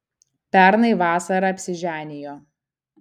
pernai vasarą apsiženijo